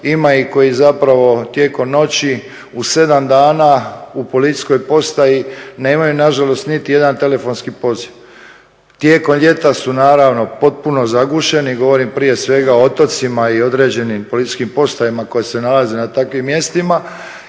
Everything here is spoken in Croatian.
ima ih koji tijekom noći u 7 dana u policijskoj postaji nemaju nažalost niti jedan telefonski poziv. Tijekom ljeta su naravno potpuno zagušeni, govorim prije svega o otocima i određenim policijskim postajama koje se nalaze na takvim mjestima